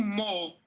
more